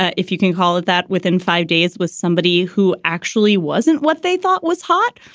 ah if you can call it that within five days with somebody who actually wasn't what they thought was hot.